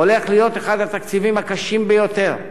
עומד להיות אחד התקציבים הקשים ביותר,